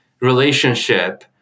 relationship